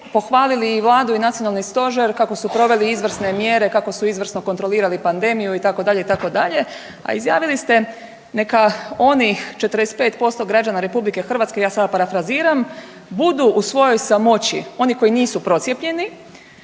pohvalili i Vladu i nacionalni stožer kako su proveli izvrsne mjere, kako su izvrsno kontrolirali pandemiju itd., itd., a izjavili ste neka oni 45% građana RH, ja sada parafraziram, budu u svojoj samoći, oni koji nisu procijepljeni,